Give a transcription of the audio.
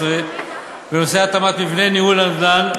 16 בנושא התאמת מבנה ניהול הנדל"ן